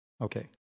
Okay